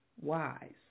wise